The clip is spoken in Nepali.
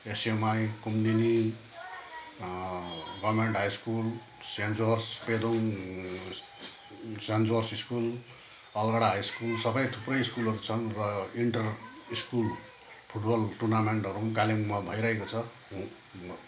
SUMI Kumudini government high school Saint George Pedong Saint George school Algarah high school सबै थुप्रै स्कुलहरू छन् र इन्टर स्कुल फुटबल टुर्नामेन्टहरू पनि कालिम्पोङमा भइरहेको छ